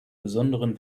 besonderen